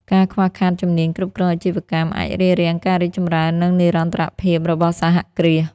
ការខ្វះខាតជំនាញគ្រប់គ្រងអាជីវកម្មអាចរារាំងការរីកចម្រើន និងនិរន្តរភាពរបស់សហគ្រាស។